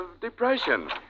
depression